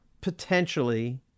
potentially